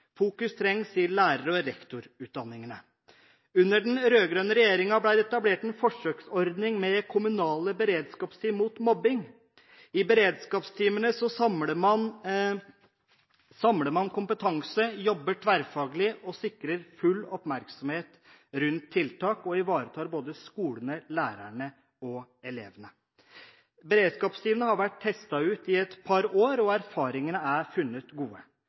trengs i lærer- og rektorutdanningene. Under den rød-grønne regjeringen ble det etablert en forsøksordning med kommunale beredskapsteam mot mobbing. I beredskapsteamene samler man kompetanse, jobber tverrfaglig og sikrer full oppmerksomhet rundt tiltak, og man ivaretar både skolene, lærerne og elevene. Beredskapsteamene har vært testet ut i et par år, og erfaringene er funnet gode.